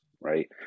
right